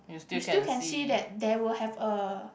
you still can see that there will have a